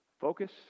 Focus